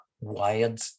wired